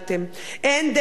אין דרך אחרת,